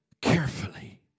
carefully